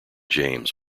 james